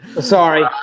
sorry